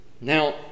Now